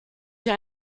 hier